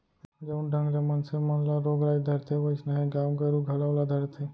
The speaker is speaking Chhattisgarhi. जउन ढंग ले मनसे मन ल रोग राई धरथे वोइसनहे गाय गरू घलौ ल धरथे